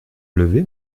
levé